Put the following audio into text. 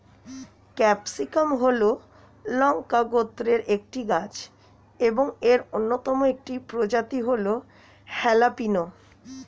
capsicum হল লঙ্কা গোত্রের একটি গাছ এবং এর অন্যতম একটি প্রজাতি হল হ্যালাপিনো